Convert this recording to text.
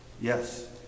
Yes